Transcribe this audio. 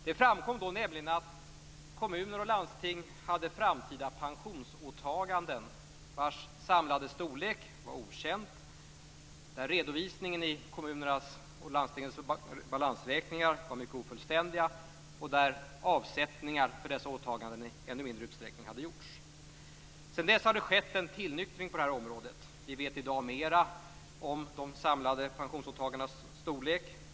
Då framkom nämligen att kommuner och landsting hade framtida pensionsåtaganden vars samlade storlek var okänd, att redovisningen i kommunernas och landstingens balansräkningar var mycket ofullständiga och att avsättningar för dessa åtaganden hade gjorts i ännu mindre utsträckning. Sedan dess har det skett en tillnyktring på det här området. Vi vet i dag mer om de samlade pensionsåtagandenas storlek.